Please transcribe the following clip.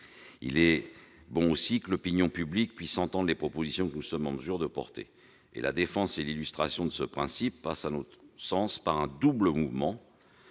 Il est bon aussi que l'opinion publique puisse entendre les propositions que nous sommes en mesure de porter. La défense et l'illustration de ce principe passent, à notre sens, par un double mouvement